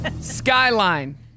Skyline